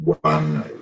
one